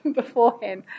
beforehand